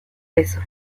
eso